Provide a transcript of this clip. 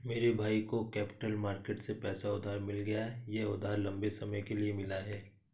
मेरे भाई को कैपिटल मार्केट से पैसा उधार मिल गया यह उधार लम्बे समय के लिए मिला है